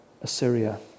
Assyria